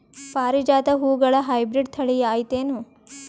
ಪಾರಿಜಾತ ಹೂವುಗಳ ಹೈಬ್ರಿಡ್ ಥಳಿ ಐತೇನು?